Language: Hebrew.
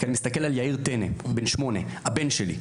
כי אני מסתכל על יאיר טנא, הוא בן 8, הבן שלי.